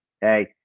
Hey